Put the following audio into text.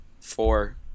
four